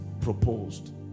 proposed